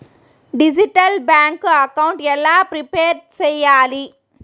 Digital bank account ఎలా prepare సెయ్యాలి?